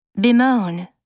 Bemoan